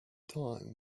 time